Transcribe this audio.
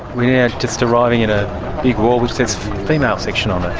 yeah just arriving at a big wall which says female section on it.